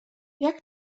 jak